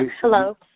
Hello